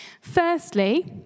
Firstly